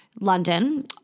London